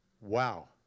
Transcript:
Wow